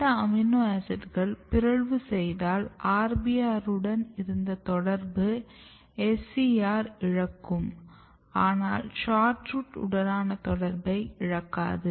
இந்த அமினோ ஆசிட்களை பிறழ்வு செய்தால் RBR வுடன் இருந்த தொடர்பை SCR இழக்கும் ஆனால் SHORT ROOT உடனான தொடர்பை இழக்காது